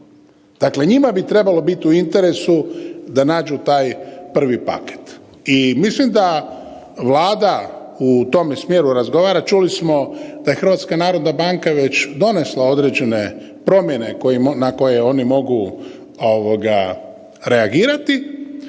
Dakle, njima bi trebalo biti u interesu da nađu taj prvi paket. I mislim da Vlada u tome smjeru razgovara. Čuli smo da je HNB već donesla određene promjene na koje oni mogu ovoga reagirati